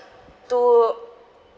to